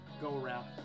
go-around